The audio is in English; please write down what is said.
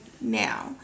now